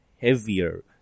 heavier